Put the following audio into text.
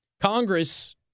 Congress